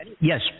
yes